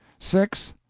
six.